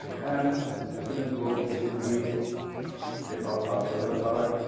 and we just gonna go quickly check out our color card.